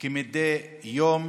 מדי יום